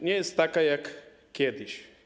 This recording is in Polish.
Nie jest taka jak kiedyś.